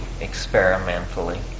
experimentally